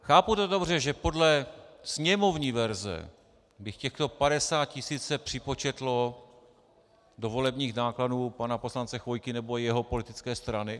Chápu to dobře, že podle sněmovní verze by těchto 50 tisíc se připočetlo do volebních nákladů pana poslance Chvojky nebo jeho politické strany?